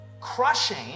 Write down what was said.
crushing